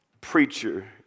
preacher